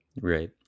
Right